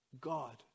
God